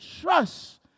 trust